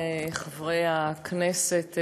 חברי חברי הכנסת,